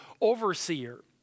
overseer